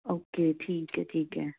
okay ਠੀਕ ਹੈ ਠੀਕ ਹੈ